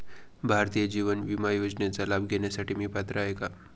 भारतीय जीवन विमा योजनेचा लाभ घेण्यासाठी मी पात्र आहे का?